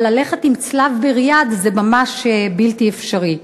אבל ללכת עם צלב בריאד זה ממש בלתי אפשרי,